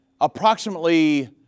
approximately